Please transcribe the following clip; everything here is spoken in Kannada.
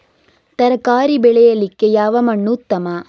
ತರಕಾರಿ ಬೆಳೆಯಲಿಕ್ಕೆ ಯಾವ ಮಣ್ಣು ಉತ್ತಮ?